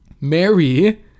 Mary